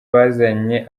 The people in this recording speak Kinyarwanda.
bazanye